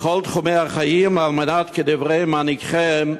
בכל תחומי החיים, על מנת, כדברי מנהיגכם,